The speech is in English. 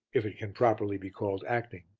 if it can properly be called acting,